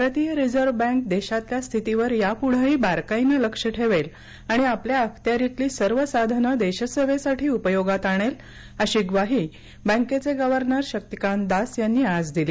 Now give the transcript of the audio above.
भारतीय reserve bank देशातल्या स्थितीवर यापूढेही बारकाईनं लक्ष ठेवेल आणि आपल्या अखत्यारितली सर्व साधनं देशसेवेसाठी उपयोगात आणेल अशी ग्वाही बँकेचे गव्हर्नर शक्तीकांत दास यांनी आज दिली